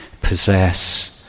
possess